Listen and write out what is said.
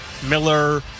Miller